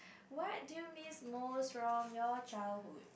what do you mean most strong your childhood